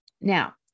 Now